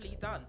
done